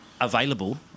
available